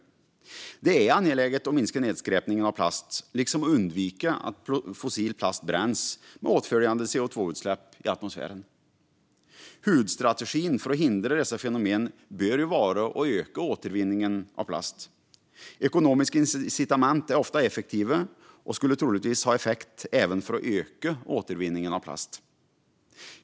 Det är angeläget att minska nedskräpningen av plast liksom att undvika att fossil plast bränns med åtföljande koldioxidutsläpp i atmosfären. Huvudstrategin för att hindra dessa fenomen bör vara att öka återvinningen av plast. Ekonomiska incitament är ofta effektiva och skulle troligtvis ha effekt även för att öka återvinningen av plast.